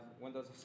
windows